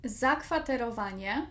zakwaterowanie